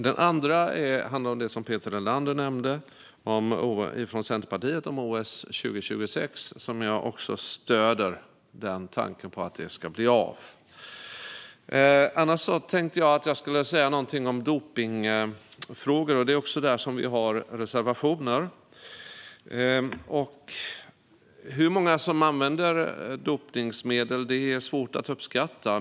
Den andra gäller det som Peter Helander från Centerpartiet nämnde om OS 2026. Jag stöder också tanken på att det ska bli av. Jag tänkte att jag skulle säga något om dopningsfrågorna. Där har vi reservationer. Det är svårt att uppskatta hur många som använder dopningsmedel.